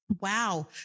wow